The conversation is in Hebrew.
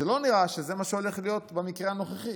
לא נראה שזה מה שהולך להיות במקרה הנוכחי.